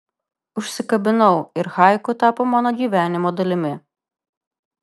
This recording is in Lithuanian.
užsikabinau ir haiku tapo mano gyvenimo dalimi